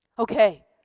Okay